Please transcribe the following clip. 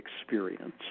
experience